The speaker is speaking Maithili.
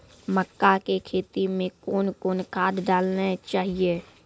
मक्का के खेती मे कौन कौन खाद डालने चाहिए?